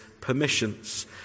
permissions